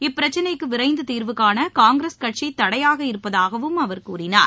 இப்பிரச்சனைக்கு விரைந்து தீர்வுகாண காங்கிரஸ் கட்சி தடையாக இருப்பதாகவும் அவர் தெரிவித்தார்